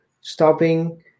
stopping